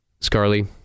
Scarly